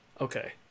Okay